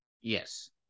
Yes